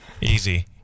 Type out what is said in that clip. easy